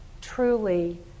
truly